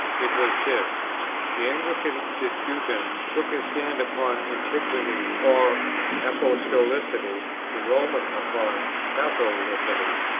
it was this the anglican disputant took his stand upon antiquity or apostolicity, the roman upon catholicity.